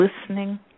listening